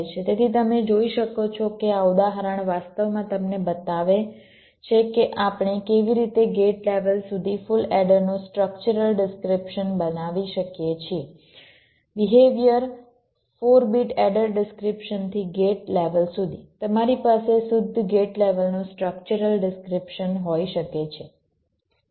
તેથી તમે જોઈ શકો છો કે આ ઉદાહરણ વાસ્તવમાં તમને બતાવે છે કે આપણે કેવી રીતે ગેટ લેવલ સુધી ફુલ એડરનું સ્ટ્રક્ચરલ ડિસ્ક્રીપ્શન બનાવી શકીએ છીએ બિહેવિયર 4 બીટ એડર ડિસ્ક્રીપ્શનથી ગેટ લેવલ સુધી તમારી પાસે શુદ્ધ ગેટ લેવલનું સ્ટ્રક્ચરલ ડિસ્ક્રીપ્શન હોઈ શકે છે